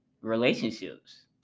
relationships